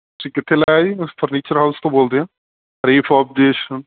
ਤੁਸੀਂ ਕਿੱਥੇ ਲਾਇਆ ਜੀ ਅਸੀਂ ਫਰਨੀਚਰ ਹਾਊਸ ਤੋਂ ਬੋਲਦੇ ਹਾਂ ਰੀਫ ਆਫ ਦੇਸ਼